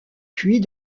puis